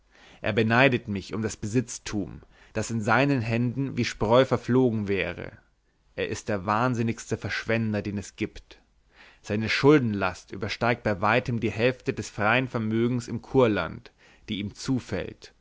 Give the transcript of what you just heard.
er beneidet mich um das besitztum das in seinen händen wie spreu verflogen wäre er ist der wahnsinnigste verschwender den es gibt seine schuldenlast übersteigt bei weitem die hälfte des freien vermögens in kurland die ihm zufällt